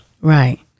right